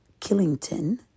Killington